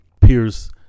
Pierce